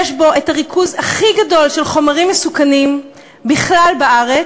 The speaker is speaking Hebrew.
יש בו הריכוז הכי גדול של חומרים מסוכנים בכלל בארץ,